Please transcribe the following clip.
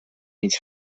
mig